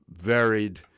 varied